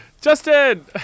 Justin